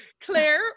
Claire